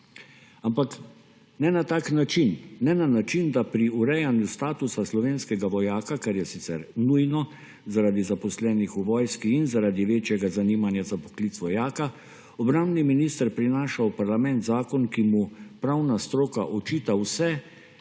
način, ne na način, da pri urejanju statusa slovenskega vojaka, kar je sicer nujno zaradi zaposlenih v vojski in zaradi večjega zanimanja za poklic vojaka, obrambni minister prinaša v parlament zakon, ki mu pravna stroka očita vse,